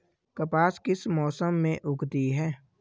कपास किस मौसम में उगती है?